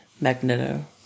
Magneto